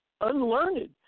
unlearned